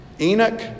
Enoch